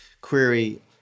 query